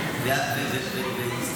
לגנות והסתייגת.